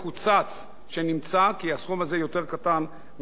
כי הסכום הזה יותר קטן ממה שעמד לרשותם כבר לפני כן.